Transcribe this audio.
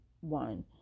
One